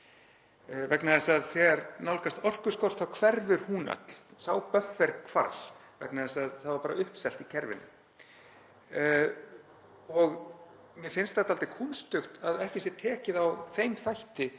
vegna þess að þegar orkuskortur nálgast þá hverfur hún öll, sá böffer hvarf vegna þess að það var bara uppselt í kerfinu. Mér finnst það dálítið kúnstugt að ekki sé tekið á þeim þætti